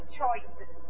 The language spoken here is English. choices